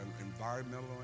environmental